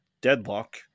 Deadlock